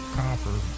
copper